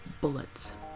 Bullets